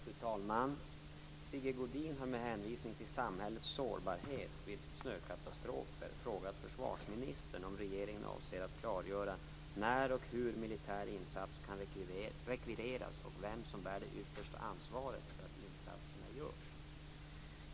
Fru talman! Sigge Godin har med hänvisning till samhällets sårbarhet vid snökatastrofer frågat försvarsministern om regeringen avser klargöra när och hur militär insats kan rekvireras och vem som bär det yttersta ansvaret för att insatser görs.